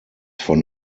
von